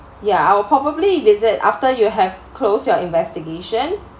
ya I will probably visit after you have closed your investigation